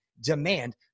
demand